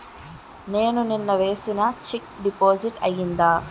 నేను నిన్న వేసిన చెక్ డిపాజిట్ అయిందా?